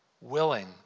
willing